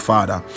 Father